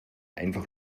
einfach